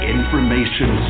Information